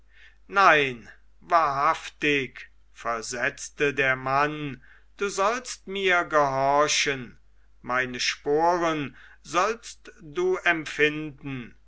nein wahrhaftig versetzte der mann du sollst mir gehorchen meine sporen sollst du empfinden